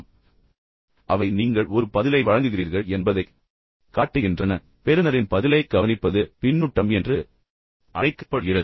எனவே அவை அனைத்தும் நீங்கள் ஒரு பதிலை வழங்குகிறீர்கள் என்பதைக் காட்டுகின்றன பின்னர் பெறுநரின் பதிலைக் கவனிப்பது பின்னூட்டம் என்று அழைக்கப்படுகிறது